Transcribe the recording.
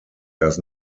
does